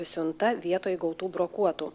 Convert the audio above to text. siunta vietoj gautų brokuotų